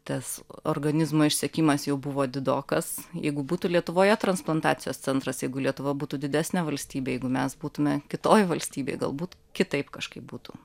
tas organizmo išsekimas jau buvo didokas jeigu būtų lietuvoje transplantacijos centras jeigu lietuva būtų didesnė valstybė jeigu mes būtume kitoj valstybėj galbūt kitaip kažkaip būtų